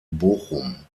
bochum